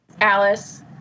Alice